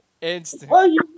Instant